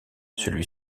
celui